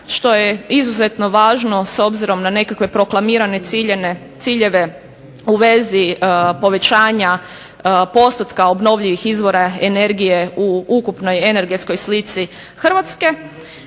što je izuzetno važno s obzirom na nekakve proklamirane ciljeve u vezi povećanja postotka obnovljivih izvora energije u ukupnoj energetskoj slici Hrvatske.